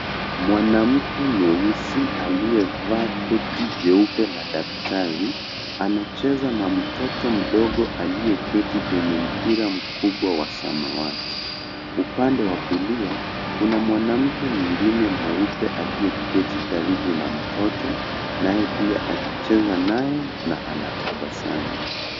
Mwanamke mweusi aliyevaa koti jeupe na daktari, anacheza na mtoto mdogo aliyeketi kwenye mpira mkubwa wa samawati. Upande wa kulia kuna mwanamke mwingine mweupe aliyeketi karibu na mtoto naye pia akicheza naye na anatabasamu.